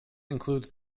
includes